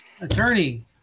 Attorney